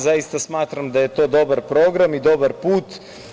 Zaista smatram da je to dobar program i dobar put.